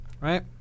Right